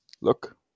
Look